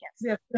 Yes